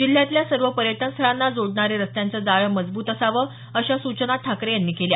जिल्ह्यातल्या सर्व पर्यटनस्थळांना जोडणारे रस्त्यांचं जाळं मजबूत असावं अशा सूचना ठाकरे यांनी केल्या